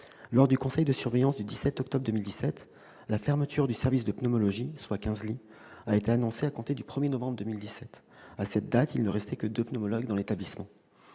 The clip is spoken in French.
Lors du conseil de surveillance du 17 octobre 2017, la fermeture du service de pneumologie, qui regroupe 15 lits, a été annoncée à compter du 1 novembre 2017. À cette date, il ne restait que deux pneumologues dans l'établissement.